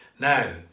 Now